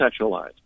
sexualized